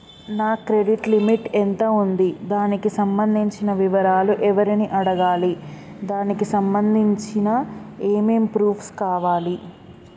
నా credit limit ఎంత ఉంది? దానికి సంబంధించిన వివరాలు ఎవరిని అడగాలి? దానికి సంబంధించిన ఏమేం ప్రూఫ్స్ కావాలి?